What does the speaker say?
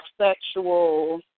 sexual